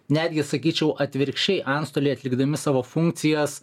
netgi sakyčiau atvirkščiai antstoliai atlikdami savo funkcijas